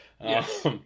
Yes